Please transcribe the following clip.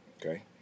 Okay